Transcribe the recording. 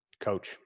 Coach